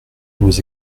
vos